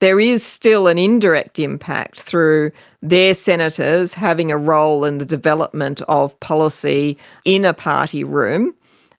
there is still an indirect impact through their senators having a role in the development of policy in a party room